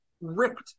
ripped